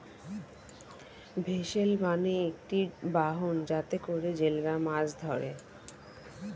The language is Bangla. ভেসেল মানে একটি বাহন যাতে করে জেলেরা মাছ ধরে